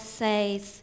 says